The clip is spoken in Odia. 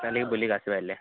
କାଲି ବୁଲିବା ଆସିବା ହେଲେ